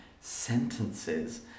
sentences